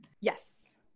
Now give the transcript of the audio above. Yes